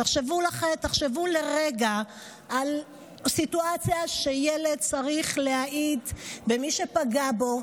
תחשבו לרגע על הסיטואציה שילד צריך להעיד בפני מי שפגע בו,